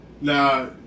Now